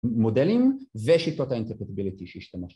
‫מודלים ושיטות האינטרפטיבלית שהשתמשת.